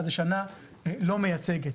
אז השנה לא מייצגת.